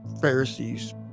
Pharisees